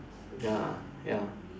ya ya